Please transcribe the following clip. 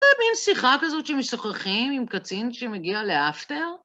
אתה יודע, שיחה כזאת שמשוחחים עם קצין שמגיע לאפטר?